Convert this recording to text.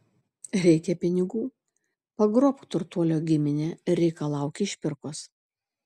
reikia pinigų pagrobk turtuolio giminę ir reikalauk išpirkos